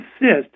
insist